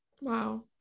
Wow